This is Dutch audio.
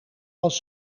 als